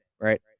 right